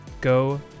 go